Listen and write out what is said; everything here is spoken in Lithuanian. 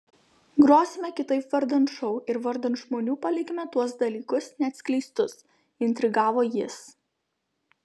grosime kitaip vardan šou ir vardan žmonių palikime tuos dalykus neatskleistus intrigavo jis